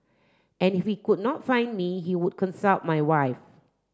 and if he could not find me he would consult my wife